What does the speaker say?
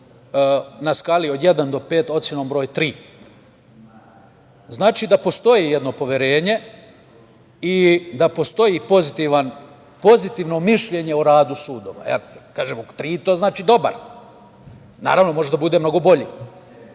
na skali od 1 – 5, ocenom broj 3. Znači da postoji jedno poverenje i da postoji pozitivno mišljenje o radu sudova. Kada kažem tri to znači dobar. Naravno, može da bude mnogo bolji.